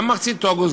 גם במחצית אוגוסט,